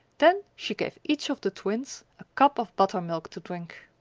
then she gave each of the twins a cup of buttermilk to drink.